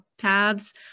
paths